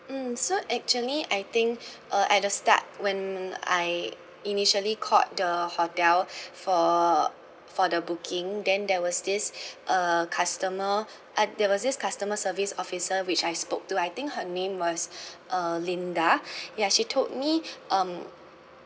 mm so actually I think uh at the start when I initially called the hotel for for the booking then there was this uh customer uh there was this customer service officer which I spoke to I think her name was uh linda ya she told me um